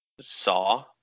saw